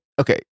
okay